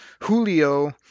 Julio